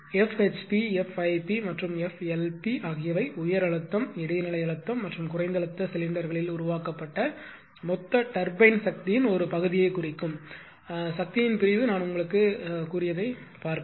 ஆனால் F HP F IP மற்றும் F LP ஆகியவை உயர் அழுத்தம் இடைநிலை அழுத்தம் மற்றும் குறைந்த அழுத்த சிலிண்டர்களில் உருவாக்கப்பட்ட மொத்த டர்பைன் சக்தியின் ஒரு பகுதியைக் குறிக்கும் சக்தியின் பிரிவு நான் உங்களுக்குச் சொன்னதைப் பார்க்கவும்